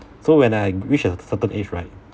so when I reach a certain age right